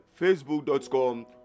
Facebook.com